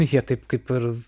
jie taip kaip ir